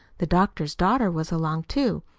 the doctor's daughter was along, too.